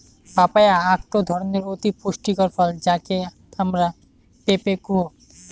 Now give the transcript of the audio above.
papaya আকটো ধরণের অতি পুষ্টিকর ফল যাকে আমরা পেঁপে কুহ